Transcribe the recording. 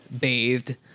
bathed